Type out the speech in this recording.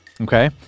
okay